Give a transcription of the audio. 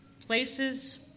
places